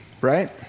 right